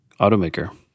automaker